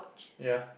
ya